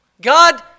God